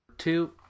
Two